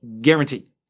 Guarantee